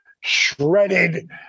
shredded